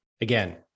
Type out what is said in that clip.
again